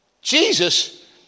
Jesus